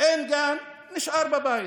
אין גן, נשאר בבית.